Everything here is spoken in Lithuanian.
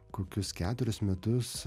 kokius keturis metus